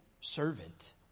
servant